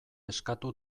eskatu